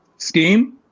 scheme